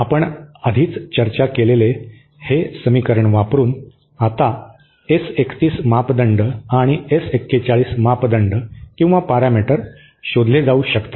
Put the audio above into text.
आपण आधीच चर्चा केलेले हे समीकरण वापरुन आता एस 31 मापदंड आणि एस 41 मापदंड शोधले जाऊ शकतात